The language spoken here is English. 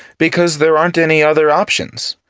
because there aren't any other options.